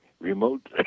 remote